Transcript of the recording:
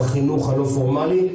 החינוך הלא פורמלי,